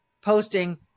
posting